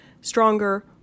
stronger